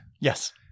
Yes